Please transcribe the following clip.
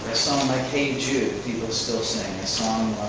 song like hey jude people still sing. a song